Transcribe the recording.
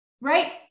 Right